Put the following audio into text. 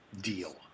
deal